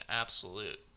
absolute